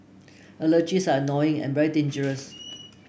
allergies are annoying and very dangerous